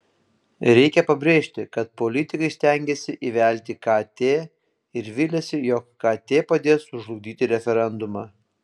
reikia pabrėžti kad politikai stengiasi įvelti kt ir viliasi jog kt padės sužlugdyti referendumą